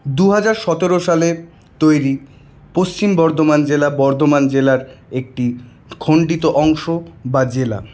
দু হাজার সতেরো সালের তৈরি পশ্চিম বর্ধমান জেলা বর্ধমান জেলার একটি খণ্ডিত অংশ বা জেলা